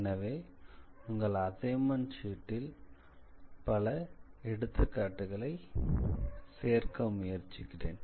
எனவே உங்கள் அசைன்மெண்ட் ஷீட்டில் சில எடுத்துக்காட்டுகளை சேர்க்க முயற்சிக்கிறேன்